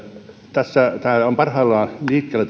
tämä verotuksen tiekartta on parhaillaan liikkeellä